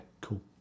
Cool